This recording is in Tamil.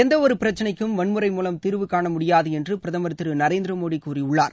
எந்தவொரு பிரச்சினைக்கும் வன்முறை மூலம் தீர்வு காண முடியாது என்று பிரதமர் திரு நரேந்திர மோடி கூறியுள்ளார்